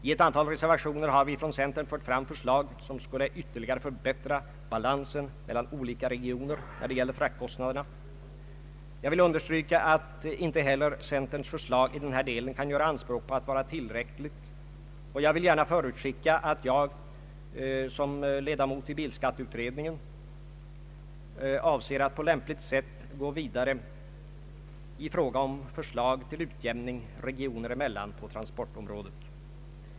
I ett antal reservationer har vi från centern fört fram förslag som skulle ytterligare förbättra balansen mellan olika regioner när det gäller fraktkostnaderna. Jag vill understryka att inte heller centerns förslag i den här delen kan göra anspråk på att vara tillräckligt. Jag vill gärna förutskicka att jag som ledamot i bilskatteutredningen avser att på lämpligt sätt gå vidare i fråga om förslag till utjämning regioner emellan på transportområdet.